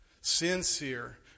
sincere